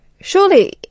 Surely